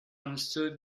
understood